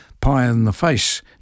pie-in-the-face